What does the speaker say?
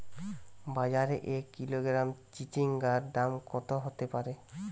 বাজারে এক কিলোগ্রাম চিচিঙ্গার দাম কত হতে পারে?